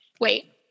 wait